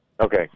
okay